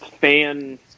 fan